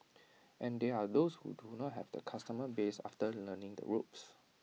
and there are those who do not have the customer base after learning the ropes